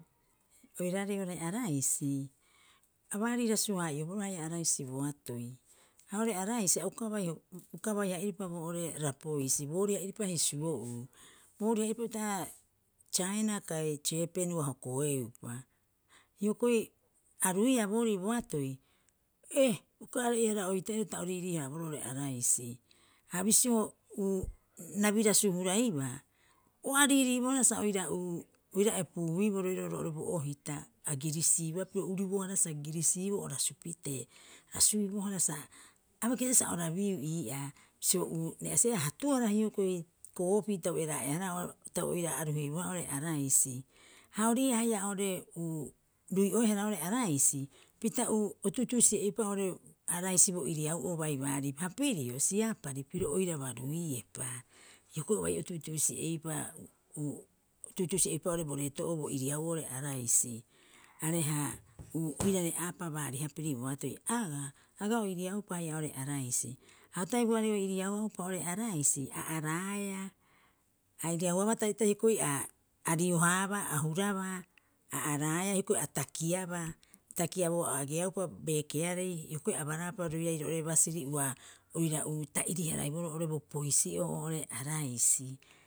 Hioko'i oirarei oo'ore araisi, a baari rasu- hara'ioboroo haia boatoi ha oo'ore araisi auka uka bai ha iripa boo'ore Rapoisi. Booriha iripa hisuo'uu. Boriha'iripa utaha'a Saina kai Siapari au hokoeupa hiokoi a ruiia borii boatoi, e! Uka are'ei- hara oitairo ta o riirii- haaboroo oo'ore oraisi. Ha bisio u rabi rasu huraibaa, o ariiriibohara sa oira uu oira epuuiboo roirau roo'ore boohita a girisiibohara pira uribohara sa girisiiboo o rasupite a rasuibohara. A bai kasibaa o rabiiu ii'aa bisio uu re'asiia hatuara hiokoi koopii tau eraa'e'aahara tau oira aruheibohara oo'ore araisi. Ha ori'ii'aa haia oo'ore uu rui'oehara oo'ore raisi pita uu o tuuttuusi'eiupa oore araisi bo iriau'oo baia baari ha pirio Siapari piro oiraba ruiepa. Hiokoi bai o tuutuusi'eiupa uu o tuutuusi'eiupa oo'ore o reeto'oo bo iriau'oo oo'ore araisi. Areha uu oirare aapa baarihapiri boatoi, agaa- agaa au o iriaupa haia oo'ore araisi. Ha o taebuoarei oiri'auapa oo'ore araisi a araiaea, a iriauabea tariata hioko'i a ariohaabaa, a hurabaa a araaea hiokoi a takaiabaa o takiabouba o takiabouba o ageaupa beekearei hiokoi abaraapa roiroi roo'ore basiri ua oira uu ta'iriharaiboro oo'ore bo poisi'oo oo'ore araisi.